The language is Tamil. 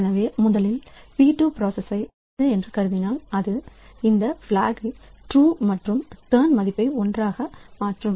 எனவே முதலில் P 2 பிராசஸ் வந்தது என்று கருதினால் அது இந்த பிளாக் ட்ரூ மற்றும் டர்ன் மதிப்பு ஒன்றாக மாறும்